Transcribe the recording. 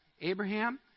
Abraham